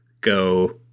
go